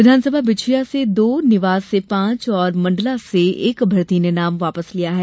विधानसभा बिछिया से दो निवास से पांच और मण्डला से एक अभ्यर्थी ने नाम वापस लिया है